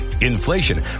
inflation